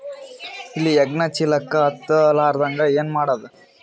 ಇಲಿ ಹೆಗ್ಗಣ ಚೀಲಕ್ಕ ಹತ್ತ ಲಾರದಂಗ ಏನ ಮಾಡದ?